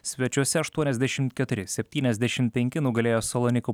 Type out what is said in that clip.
svečiuose aštuoniasdešimt keturu septyniasdešimt penki y nugalėjo salonikų